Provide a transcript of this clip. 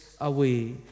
away